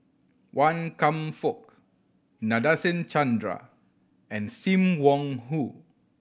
Wan Kam Fook Nadasen Chandra and Sim Wong Hoo